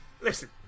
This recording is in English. Listen